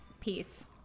peace